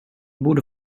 borde